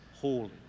holy